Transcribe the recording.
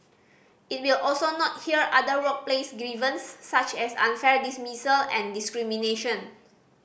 it will also not hear other workplace grievances such as unfair dismissal and discrimination